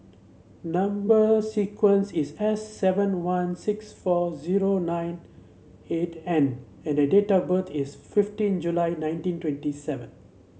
number sequence is S seven one six four zero nine eight N and the date of birth is fifteen July nineteen twenty seven